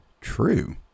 true